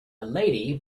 lady